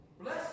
Bless